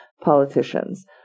politicians